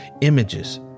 images